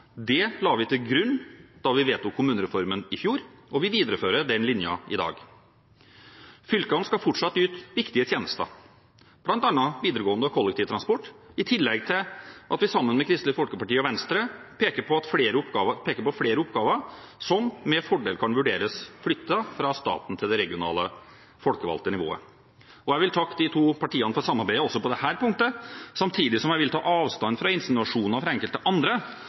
det la vi til grunn da vi vedtok kommunereformen i fjor, og vi viderefører den linjen i dag. Fylkene skal fortsatt yte viktige tjenester, bl.a. videregående og kollektivtransport, i tillegg til at vi sammen med Kristelig Folkeparti og Venstre peker på flere oppgaver som med fordel kan vurderes flyttet fra staten til det regionale folkevalgte nivået. Jeg vil takke de to partiene for samarbeidet også på dette punktet, samtidig som jeg vil ta avstand fra insinuasjoner fra enkelte andre